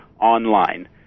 online